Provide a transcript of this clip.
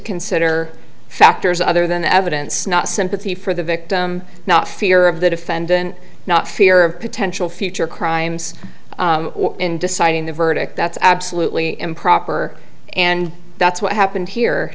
consider factors other than the evidence not sympathy for the victim not fear of the defendant not fear of potential future crimes in deciding the verdict that's absolutely improper and that's what happened here